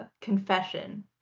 confession